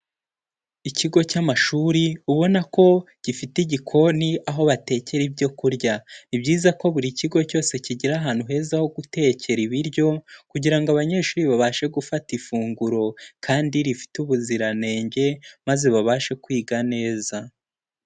Ikigo cy'amashuri ubona ko gifite igikoni aho batekera ibyo kurya, ni byiza ko buri kigo cyose kigira ahantu heza ho gutekera ibiryo kugira ngo abanyeshuri babashe gufata ifunguro kandi rifite ubuziranenge, maze babashe kwiga neza.